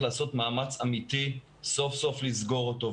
לעשות מאמץ אמיתי סוף סוף לסגור אותו.